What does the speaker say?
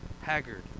Haggard